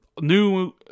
new